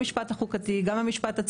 גם המשפט החוקתי,